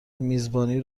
میزبانی